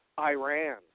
Iran